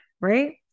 right